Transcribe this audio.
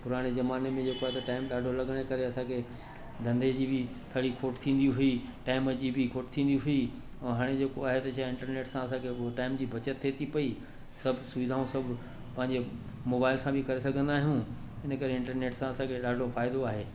पुराणे ज़माने में जेको आ्हे त टाईम ॾाढो लॻण जे करे असांखे धंधे जे बि फणी फोट थींदी हुई टाईम जी बि खुटि थींदी हुई ऐं हाणे जेको आहे त छाहे इंटरनेट सां असांखे उहो टाईम जी बचति थिए थी पई सभु सुविधाऊं सभु पंहिंजे मोबाइल सां बि करे सघंदा आहियूं इन करे इंटरनेट सां असांखे ॾाढो फ़ाइदो आहे